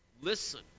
Listen